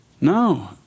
No